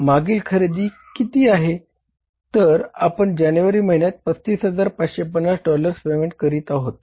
तर आपण जानेवारी महिन्यात 35550 डॉलर्स पेमेंट करणार आहोत